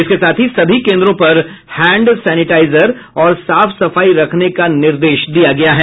इसके साथ ही सभी केन्द्रों पर हैंड सैनिटाइजर और साफ सफाई रखने का निर्देश दिया गया है